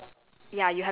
ya